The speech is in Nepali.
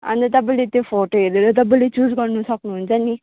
अन्त तपाईँले त्यो फोटो हेरेर तपाईँले चुज गर्नु सक्नुहुन्छ नि